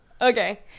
Okay